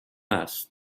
است